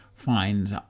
finds